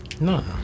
No